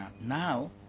now